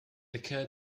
occurred